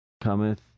cometh